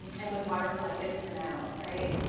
and with water collected from the nile, right?